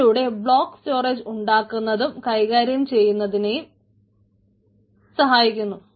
അതിലൂടെ block storage ഉണ്ടാക്കുന്നതും കൈകാര്യം ചെയ്യുന്നതിനേയും സഹായിക്കുന്നു